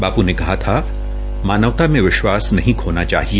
बापू ने कहा था मानवता में विश्वास नहीं खोना चाहिए